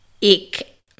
ik